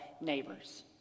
neighbors